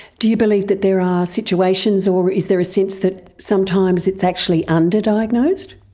do you believe that there are situations or is there a sense that sometimes it's actually under-diagnosed?